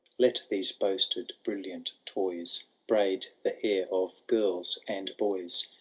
let these boasted brilliant toys braid the hair of girls and boys!